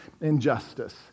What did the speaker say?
injustice